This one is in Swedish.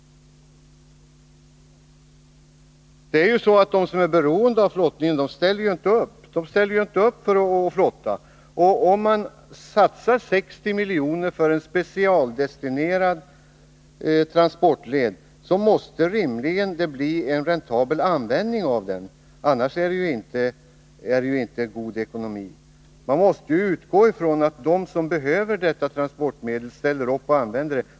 De som är beroende av flottningen ställer inte upp för att flotta, och om man specialdestinerar 60 miljoner för en transportled, då måste det rimligen bli en räntabel användning av den, annars är det inte god ekonomi. Man måste utgå från att de som behöver detta transportmedel ställer upp och använder det.